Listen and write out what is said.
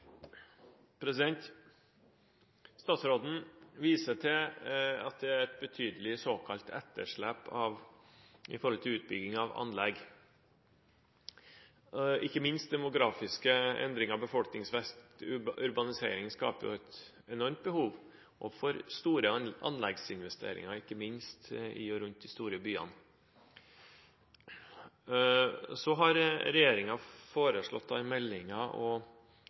Statsråden viser til at det er et betydelig såkalt etterslep med tanke på utbygging av anlegg, ikke minst demografiske endringer i befolkningsvekst – urbanisering skaper et enormt behov for store anleggsinvesteringer i og rundt de store byene. Så har regjeringen i meldingen foreslått å ta bort den særegne tilskuddsordningen for nærmiljøanlegg, og